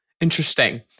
Interesting